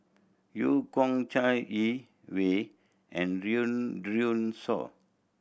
Eu Kong Chai Yee Wei and Shaw